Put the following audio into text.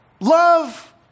love